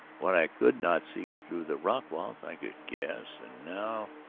what i could not see through the rock walls i could guess! and now.